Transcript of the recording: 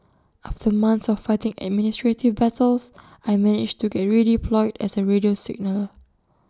after months of fighting administrative battles I managed to get redeployed as A radio signaller